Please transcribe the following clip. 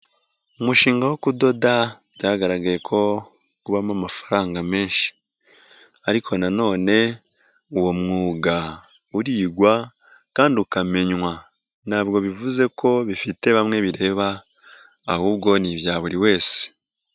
Umushinga wo kudoda byagaragaye ko ubamo amafaranga menshi ariko na none uwo mwuga urigwa kandi ukamenywa ntabwo bivuze ko bifite bamwe bireba ahubwo ni ibya buri wese.